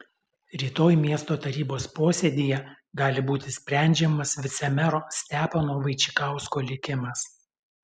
rytoj miesto tarybos posėdyje gali būti sprendžiamas vicemero stepono vaičikausko likimas